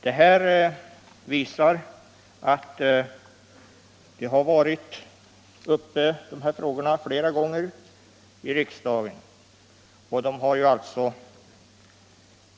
Detta visar att dessa frågor har varit uppe i riksdagen flera gånger.